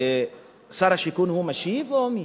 שר השיכון משיב, או מי?